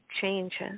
changes